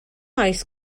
oes